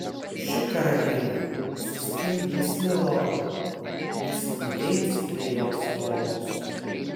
ši karalienė sustingdys milordą jis nugeibs prie jos lovos